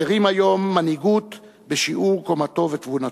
חסרים היום מנהיגות בשיעור קומתו ותבונתו.